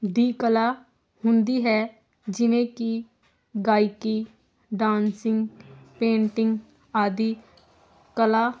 ਦੀ ਕਲਾ ਹੁੰਦੀ ਹੈ ਜਿਵੇਂ ਕਿ ਗਾਇਕੀ ਡਾਂਸਿੰਗ ਪੇਂਟਿੰਗ ਆਦਿ ਕਲਾ